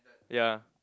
ya